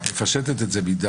את מפשטת את זה מדי.